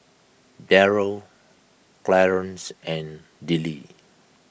Jeryl Clarance and Dillie